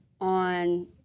on